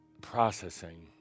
processing